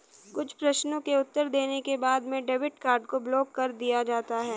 कुछ प्रश्नों के उत्तर देने के बाद में डेबिट कार्ड को ब्लाक कर दिया जाता है